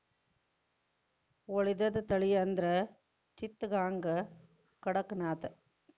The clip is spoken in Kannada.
ಉಳಿದದ ತಳಿ ಅಂದ್ರ ಚಿತ್ತಗಾಂಗ, ಕಡಕನಾಥ